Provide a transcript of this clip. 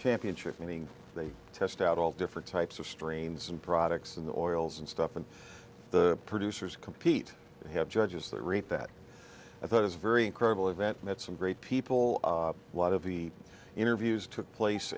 championship meaning they test out all different types of streams and products in the oils and stuff and the producers compete to have judges that rate that i thought was very incredible event met some great people a lot of the interviews took place